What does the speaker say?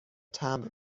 تمبر